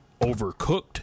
overcooked